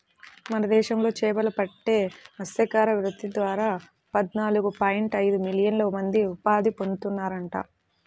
మన దేశంలో చేపలు పట్టే మత్స్యకార వృత్తి ద్వారా పద్నాలుగు పాయింట్ ఐదు మిలియన్ల మంది ఉపాధి పొందుతున్నారంట